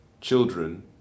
children